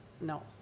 no